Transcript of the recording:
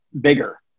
bigger